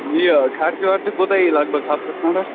یہِ خرچہٕ ورچہٕ کوٗتاہ یی لگ بگ ہفتس کھنٛڈس